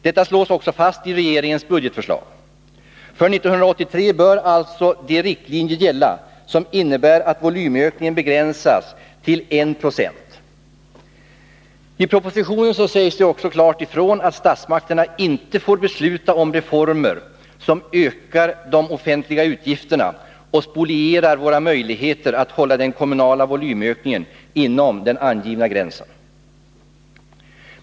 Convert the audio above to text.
Detta slås också fast i regeringens budgetförslag. För 1983 bör alltså de riktlinjer gälla som innebär att volymökningen begränsas till 1 90. I propositionen sägs också klart ifrån att statsmakterna inte får besluta om reformer som ökar de offentliga utgifterna och spolierar våra möjligheter att hålla den kommunala volymökningen inom den angivna gränsen.